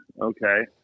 Okay